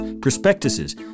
prospectuses